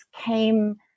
came